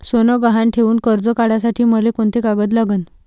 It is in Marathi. सोनं गहान ठेऊन कर्ज काढासाठी मले कोंते कागद लागन?